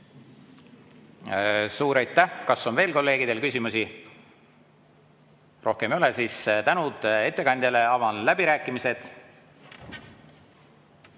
Suur aitäh! Kas on veel kolleegidel küsimusi? Rohkem ei ole, siis tänu ettekandjale. Avan läbirääkimised.